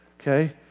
okay